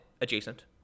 adjacent